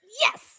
Yes